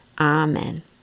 Amen